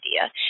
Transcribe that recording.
idea